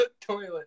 toilet